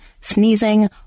sneezing